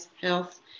health